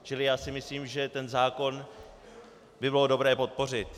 Čili já si myslím , že ten zákon by bylo dobré podpořit.